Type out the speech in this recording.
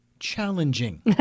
challenging